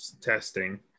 testing